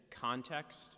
context